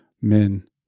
men